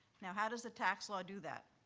now, how does the tax law do that?